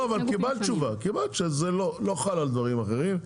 קיבלת תשובה, זה לא חל על דברים אחרים.